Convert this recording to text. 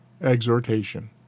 exhortation